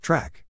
Track